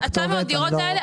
ה-900 דירות האלה,